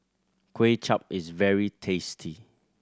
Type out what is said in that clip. Kuay Chap is very tasty